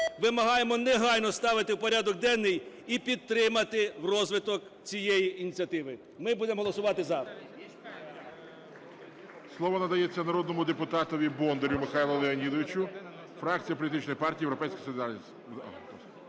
вимагаємо негайно ставити в порядок денний і підтримати в розвиток цієї ініціативи. Ми будемо голосувати "за".